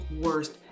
worst